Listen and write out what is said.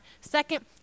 second